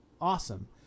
awesome